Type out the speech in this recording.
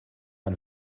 ein